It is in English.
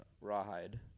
rawhide